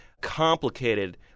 complicated